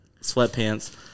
sweatpants